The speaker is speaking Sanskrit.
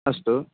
अस्तु